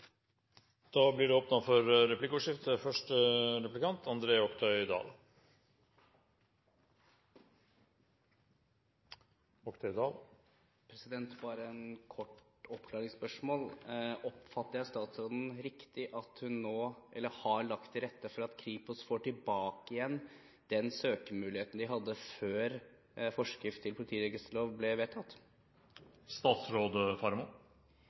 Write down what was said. Det blir replikkordskifte. Bare et kort oppklaringsspørsmål: Oppfatter jeg statsråden riktig, at hun har lagt til rette for at Kripos får tilbake den søkemuligheten de hadde før forskrift til politiregisterlov ble vedtatt?